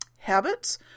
habits